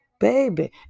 baby